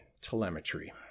telemetry